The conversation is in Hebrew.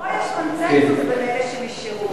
יש קונסנזוס בין אלה שנשארו,